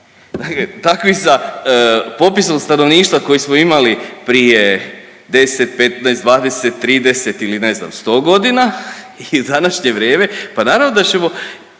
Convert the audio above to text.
Dakle, takvi sa popisom stanovništva koje smo imali prije 10, 15, 20, 30 ili ne znam 100 godina i u današnje vrijeme, pa naravno da ćemo